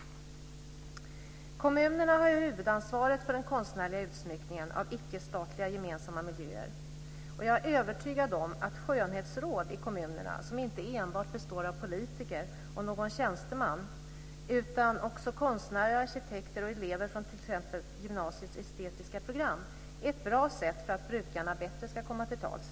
Kommunerna har huvudansvaret för den konstnärliga utsmyckningen av icke-statliga gemensamma miljöer. Jag är övertygad om att skönhetsråd i kommunerna som inte enbart består av politiker och någon tjänsteman utan också av konstnärer, arkitekter och elever från t.ex. gymnasiets estetiska program är ett bra sätt för att brukarna bättre ska komma till tals.